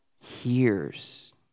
hears